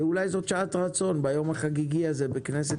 ואולי זו שעת רצון ביום החגיגי הזה בכנסת